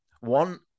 One